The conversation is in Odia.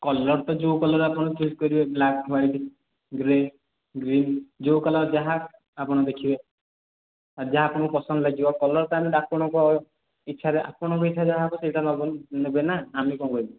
କଲର୍ତ ଯେଉଁ କଲର୍ ଆପଣ ଚୁଜ୍ କରିବେ ବ୍ଲାକ୍ ହ୍ୱାଇଟ୍ ଗ୍ରେ ଗ୍ରୀନ୍ ଯେଉଁ କଲର୍ ଯାହା ଆପଣ ଦେଖିବେ ଯାହା ଆପଣଙ୍କୁ ପସନ୍ଦ ଲାଗିବ କଲର୍ଟା ହେଲେ ଆପଣଙ୍କ ଇଚ୍ଛାରେ ଆପଣଙ୍କ ଇଚ୍ଛା ଯାହା ହବ ସେଇଟା ନବ ନେବେନା ଆମେ କ'ଣ କହିବୁ